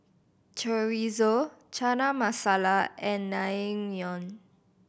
Chorizo Chana Masala and Naengmyeon